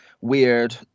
weird